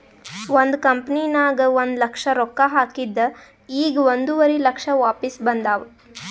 ಒಂದ್ ಕಂಪನಿನಾಗ್ ಒಂದ್ ಲಕ್ಷ ರೊಕ್ಕಾ ಹಾಕಿದ್ ಈಗ್ ಒಂದುವರಿ ಲಕ್ಷ ವಾಪಿಸ್ ಬಂದಾವ್